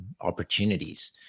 opportunities